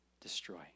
destroy